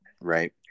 Right